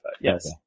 Yes